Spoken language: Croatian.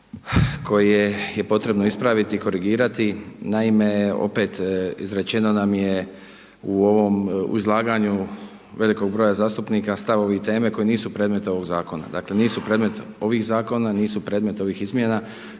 koje je potrebno ispraviti i korigirati. Naime, opet izrečeno nam je u ovom, u izlaganju velikog broja zastupnika stavovi i teme koje nisu predmet ovog zakona, dakle nisu predmet ovih zakona, nisu predmet ovih izmjena.